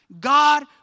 God